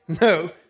No